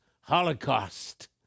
Holocaust